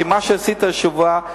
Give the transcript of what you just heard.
כי מה שעשית השבוע,